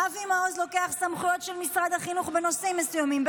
אבי מעוז לוקח סמכויות של משרד החינוך בנושאים מסוימים,